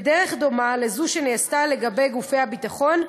בדרך דומה לזו שנעשתה לגבי גופי הביטחון,